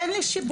אין לי שיבוץ.